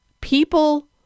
people